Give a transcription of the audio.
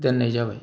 दोननाय जाबाय